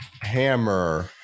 hammer